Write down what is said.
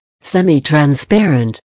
semi-transparent